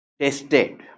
tested